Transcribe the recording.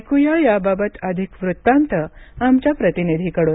ऐकुया याबाबत अधिक वृत्तांत आमच्या प्रतिनिधी कडून